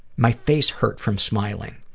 my face hurt from smiling.